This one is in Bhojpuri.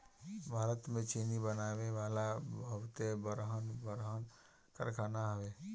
भारत में चीनी बनावे वाला बहुते बड़हन बड़हन कारखाना हवे